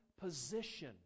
position